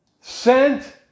sent